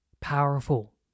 powerful